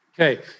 Okay